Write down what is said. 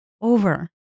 over